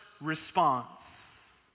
response